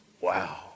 wow